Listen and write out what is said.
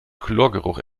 chlorgeruch